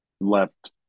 left